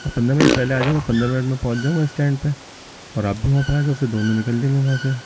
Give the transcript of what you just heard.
ہاں پندرہ منٹ پہلے آ جاؤ پندرہ منٹ میں پہنچ جاؤں گا اسٹینڈ پہ اور آپ بھی وہاں پہ آ جاؤ پھر دونوں نکل لیں گے وہاں سے